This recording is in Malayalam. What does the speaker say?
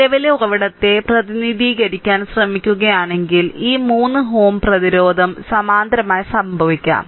നിലവിലെ ഉറവിടത്തെ പ്രതിനിധീകരിക്കാൻ ശ്രമിക്കുകയാണെങ്കിൽ ഈ 3 Ω പ്രതിരോധം സമാന്തരമായി സംഭവിക്കും